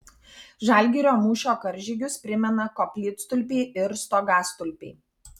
žalgirio mūšio karžygius primena koplytstulpiai ir stogastulpiai